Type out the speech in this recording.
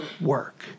work